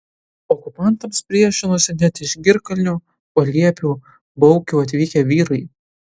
okupantams priešinosi net iš girkalnio paliepių baukių atvykę vyrai